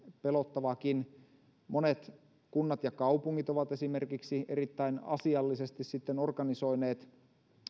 pelottavakin kun monet kunnat ja kaupungit ovat esimerkiksi erittäin asiallisesti organisoineet